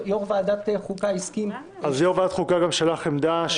יו"ר ועדת החוקה הסכים --- אז יו"ר ועדת החוקה גם שלח עמדה,